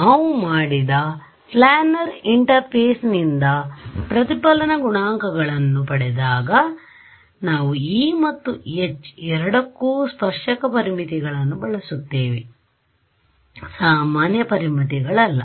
ನಾವು ಮಾಡಿದ ಪ್ಲ್ಯಾನರ್ ಇಂಟರ್ಫೇಸ್ನಿಂದ ಪ್ರತಿಫಲನ ಗುಣಾಂಕಗಳನ್ನು ಪಡೆದಾಗ ನಾವು E ಮತ್ತು H ಎರಡಕ್ಕೂ ಸ್ಪರ್ಶಕ ಪರಿಮಿತಿಗಳನ್ನು ಬಳಸುತ್ತೇವೆ ಸಾಮಾನ್ಯ ಪರಿಮಿತಿಗಳಲ್ಲ